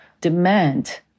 demand